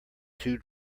too